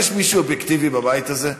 יש מישהו אובייקטיבי בבית הזה?